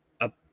up